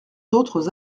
d’autres